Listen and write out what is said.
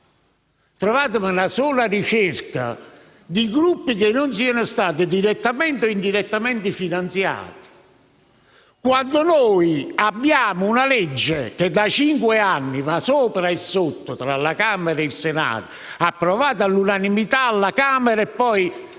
Trovatemi una sola ricerca di gruppi che non siano stati direttamente o indirettamente finanziati. Noi abbiamo una legge che da cinque anni viaggia tra Camera e Senato: approvata all'unanimità alla Camera, è poi